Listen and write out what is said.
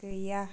गैया